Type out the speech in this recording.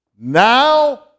now